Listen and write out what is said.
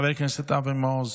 חבר הכנסת אבי מעוז,